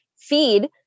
feed